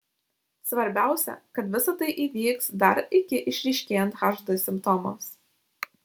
svarbiausia kad visa tai įvyks dar iki išryškėjant hd simptomams